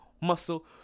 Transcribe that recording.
muscle